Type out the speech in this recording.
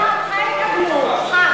אותך יקבלו.